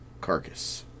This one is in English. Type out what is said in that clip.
carcass